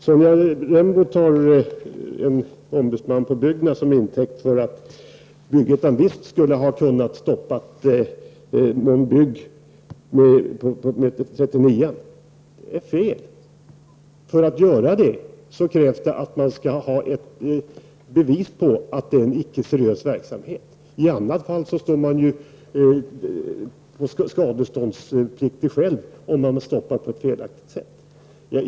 Sonja Rembo tar orden från en ombudsman på Bygg-Ettan som intäkt för att Mond Bygg visst skulle ha kunnat stoppas med hjälp av 39 §. Det är fel. För att göra det krävs att man skall ha ett bevis på att det är en icke seriös verksamhet. I annat fall blir man själv skadeståndspliktig, om man har stoppat verksamhet på ett felaktigt sätt.